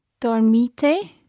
Dormite